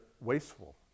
wasteful